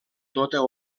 tota